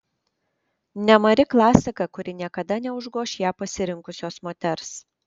nemari klasika kuri niekada neužgoš ją pasirinkusios moters